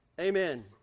Amen